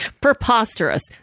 Preposterous